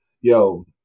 Yo